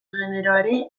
generoari